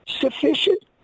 sufficient